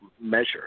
measure